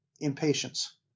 impatience